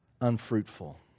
unfruitful